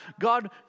God